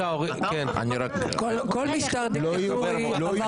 כל משטר דיקטטורי אמר דמוקרטיה קודם.